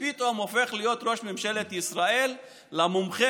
ופתאום הופך ראש ממשלת ישראל להיות למומחה